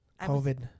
COVID